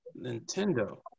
Nintendo